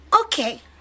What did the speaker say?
Okay